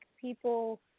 people